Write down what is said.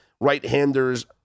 right-handers